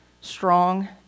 strong